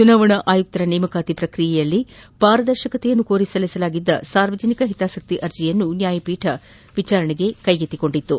ಚುನಾವಣಾ ಆಯುಕ್ತರುಗಳ ನೇಮಕಾತಿ ಪ್ರಕ್ರಿಯೆಯಲ್ಲಿ ಪಾರದರ್ಶಕತೆ ಕೋರಿ ಸೆಲ್ಲಿಸಲಾಗಿದ್ದ ಸಾರ್ವಜನಿಕ ಹಿತಾಸಕ್ತಿ ಅರ್ಜಿಯನ್ನು ನ್ಯಾಯಪೀಠ ವಿಚಾರಣೆ ನಡೆಸಿತು